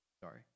sorry